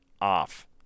off